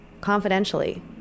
confidentially